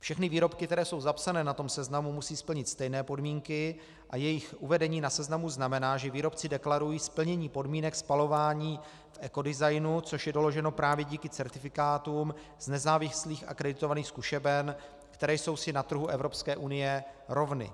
Všechny výrobky, které jsou zapsané na tom seznamu, musí splnit stejné podmínky a jejich uvedení na seznamu znamená, že výrobci deklarují splnění podmínek spalování v ekodesignu, což je doloženo právě díky certifikátům z nezávislých akreditovaných zkušeben, které jsou si na trhu Evropské unie rovny.